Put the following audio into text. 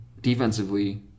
defensively